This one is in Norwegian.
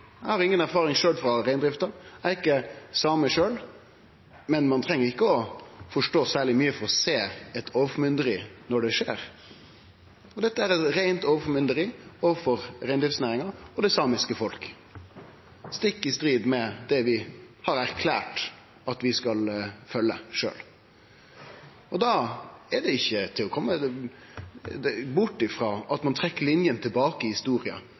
Eg har inga erfaring sjølv frå reindrifta, eg er ikkje same sjølv, men ein treng ikkje å forstå særleg mykje for å sjå eit overformynderi når det skjer, og dette er eit reint overformynderi overfor reindriftsnæringa og det samiske folket, stikk i strid med det vi har erklært at vi skal følgje sjølv. Da er det ikkje til å kome bort frå at ein trekk linjene tilbake i historia,